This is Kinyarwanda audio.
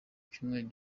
cyumweru